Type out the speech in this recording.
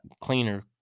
cleaner